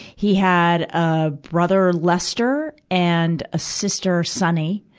he had a brother, lester, and a sister, sunny,